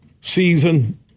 Season